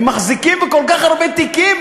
הם מחזיקים בכל כך הרבה תיקים,